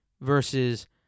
versus